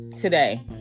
today